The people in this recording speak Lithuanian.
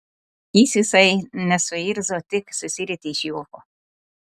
jis visai nesuirzo tik susirietė iš juoko